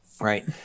right